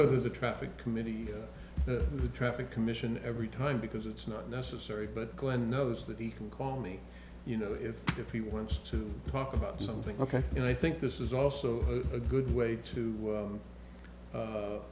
who the traffic committee the traffic commission every time because it's not necessary but glen knows that he can call me you know if if he wants to talk about something ok and i think this is also a good way to